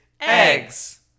eggs